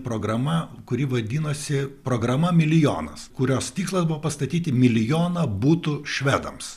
programa kuri vadinosi programa milijonas kurios tikslas buvo pastatyti milijoną butų švedams